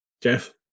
Jeff